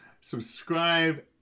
Subscribe